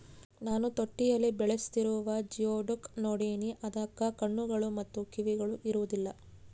ನಾನು ತೊಟ್ಟಿಯಲ್ಲಿ ಬೆಳೆಸ್ತಿರುವ ಜಿಯೋಡುಕ್ ನೋಡಿನಿ, ಅದಕ್ಕ ಕಣ್ಣುಗಳು ಮತ್ತೆ ಕಿವಿಗಳು ಇರೊದಿಲ್ಲ